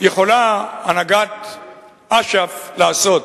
יכולה הנהגת אש"ף לעשות?